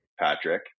Patrick